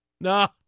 No